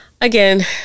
again